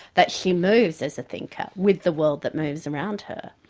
that she moves as a thinker with the world that moves around her.